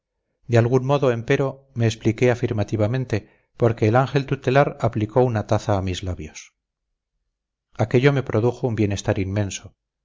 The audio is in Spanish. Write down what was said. de algún modo empero me expliqué afirmativamente porque el ángel tutelar aplicó una taza a mis labios aquello me produjo un bienestar inmenso